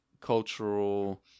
cultural